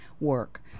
work